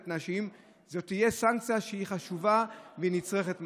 זאת תהיה סנקציה שהיא חשובה ונצרכת מאוד.